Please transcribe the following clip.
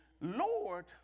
Lord